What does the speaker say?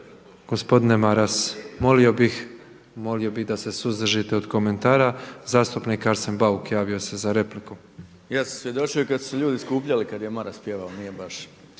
Gospodine Maras, molio bih da se suzdržite od komentara. Zastupnik Arsen Bauk javio se za repliku. **Bauk, Arsen (SDP)** Ja sam svjedočio i kad su se ljudi skupljali kad je Maras pjevao, nije baš.